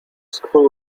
school